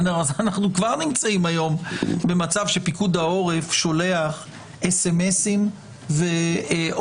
אנו כבר נמצאים היום במצב שבו פיקוד העורף שולח סמ"סים והודעות